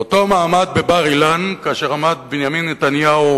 באותו מעמד בבר-אילן, כאשר עמד בנימין נתניהו